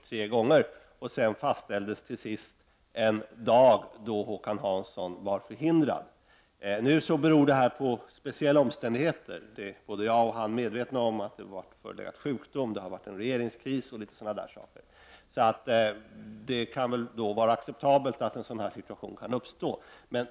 Till sist fastställ des en dag för avlämnande av svar då Håkan Hansson var förhindrad att ta emot det. Detta beror på speciella omständigheter, något som både han och jag är medvetna om. Det har förelegat sjukdom och det har varit regeringskris bl.a. Det är väl därför acceptabelt att en sådan situation kan uppstå.